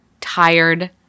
tired